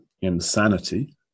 insanity